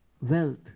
wealth